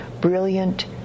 brilliant